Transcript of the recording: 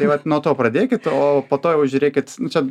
tai vat nuo to pradėkit o po to jau žiūrėkit čia